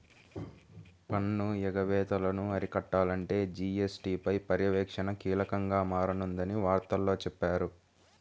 పన్ను ఎగవేతలను అరికట్టాలంటే జీ.ఎస్.టీ పై పర్యవేక్షణ కీలకంగా మారనుందని వార్తల్లో చెప్పారు